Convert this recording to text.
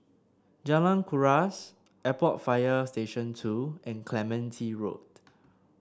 Jalan Kuras Airport Fire Station Two and Clementi Road